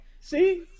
See